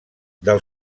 del